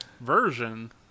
version